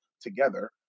together